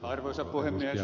arvoisa puhemies